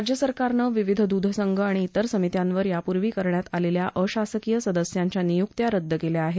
राज्य सरकारने विविध दृध संघ आणि त्रेर समित्यांवर यापूर्वी करण्यात आलेल्या अशासकीय सदस्यांच्या नियूक्त्या रद्द केल्या आहेत